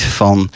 van